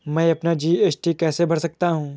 मैं अपना जी.एस.टी कैसे भर सकता हूँ?